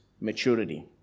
maturity